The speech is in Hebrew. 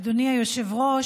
אדוני היושב-ראש,